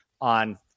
on